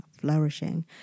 flourishing